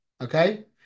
Okay